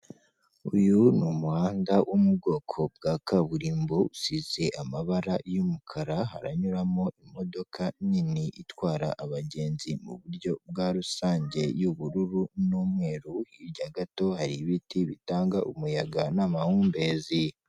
Uyu ni umuhanda wo mu bwoko bwa kaburimbo usize amabara y'umukara haranyuramo imodoka nini itwara abagenzi mu buryo bwa rusange y'ubururu, n'umweru, hirya gato hari ibiti bitanga umuyaga n'amahumbezi.